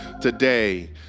today